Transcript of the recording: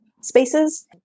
spaces